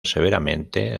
severamente